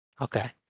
Okay